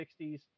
60s